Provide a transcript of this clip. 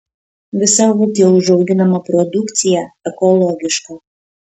visa ūkyje užauginama produkcija ekologiška